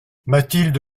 mathilde